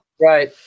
Right